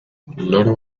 loro